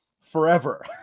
forever